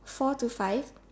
four to five